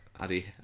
Addy